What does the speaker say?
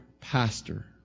pastor